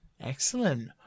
Excellent